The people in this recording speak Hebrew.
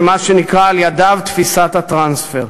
למה שנקרא על-ידיו: תפיסת הטרנספר.